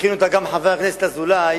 הכין גם חבר הכנסת אזולאי